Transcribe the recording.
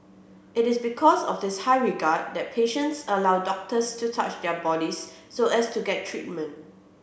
it is because of this high regard that patients allow doctors to touch their bodies so as to get treatment